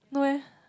no eh